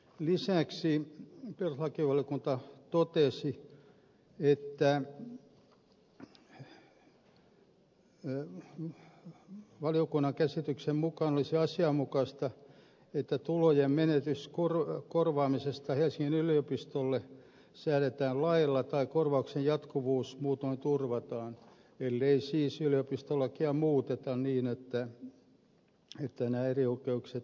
lisäksi perustuslakivaliokunta totesi että valiokunnan käsityksen mukaan olisi asianmukaista että tulojen menetyksen korvaamisesta helsingin yliopistolle säädetään lailla tai korvauksen jatkuvuus muutoin turvataan ellei siis yliopistolakia muuteta niin että nämä erioikeudet poistettaisiin